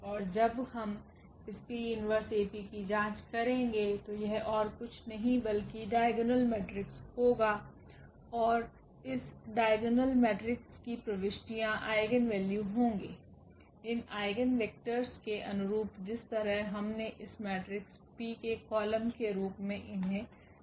और जब हम इस 𝑃−1𝐴𝑃 की जांच करेंगे तो यह ओर कुछ नहीं बल्कि डाइगोनल मेट्रिक्स होगा और इस डाइगोनल मेट्रिक्स की प्रविष्टियाँ आइगेन वैल्यू होंगे इन आइगेन वेक्टरस के अनुरूप जिस तरह हमने इस मेट्रिक्स P के कॉलम के रूप में इन्हे रखा है